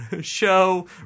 show